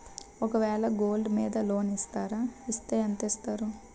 ఒక వేల గోల్డ్ మీద లోన్ ఇస్తారా? ఇస్తే ఎంత ఇస్తారు?